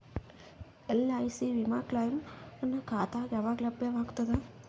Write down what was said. LIC ವಿಮಾ claim ನನ್ನ ಖಾತಾಗ ಯಾವಾಗ ಲಭ್ಯವಾಗತದ?